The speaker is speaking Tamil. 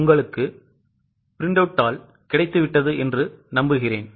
உங்களுக்கு ப்ரிண்டவுட் தாள் கிடைத்துவிட்டது என்று நம்புகிறேன்